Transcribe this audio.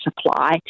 supply